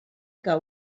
que